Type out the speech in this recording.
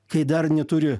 kai dar neturi